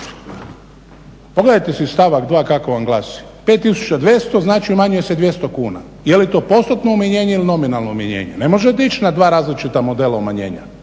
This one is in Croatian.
Pogledajte si stavak 2. kako on glasi, 5200 znači umanjuje se 200 kuna. Je li to postotno umanjenje ili nominalno umanjenje? Ne možete ići na dva različita modela umanjenja.